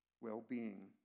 Well-being